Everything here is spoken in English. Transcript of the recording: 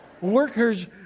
Workers